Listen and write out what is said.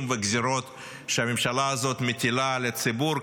וגזירות שהממשלה הזאת מטילה על הציבור,